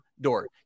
door